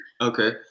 Okay